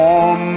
on